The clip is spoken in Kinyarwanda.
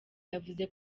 yavuze